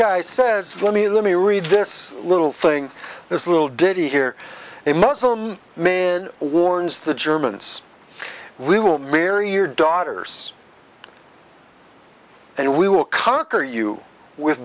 guy says let me let me read this little thing this little ditty here a muslim man warns the germans we will bury your daughters and we will conquer you with